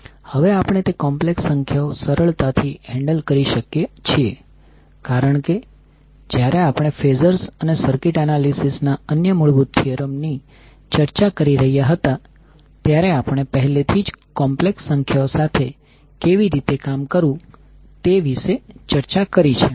હવે આપણે તે કોમ્પ્લેક્સ સંખ્યાઓ સરળતાથી હેન્ડલ કરી શકીએ છીએ કારણ કે જ્યારે આપણે ફેઝર્સ અને સર્કિટ એનાલિસિસ ના અન્ય મૂળભૂત થીયરમ ની ચર્ચા કરી રહ્યા હતા ત્યારે આપણે પહેલેથી જ કોમ્પ્લેક્સ સંખ્યાઓ સાથે કેવી રીતે કામ કરવું તે વિશે ચર્ચા કરી છે